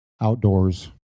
outdoors